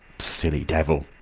silly devil!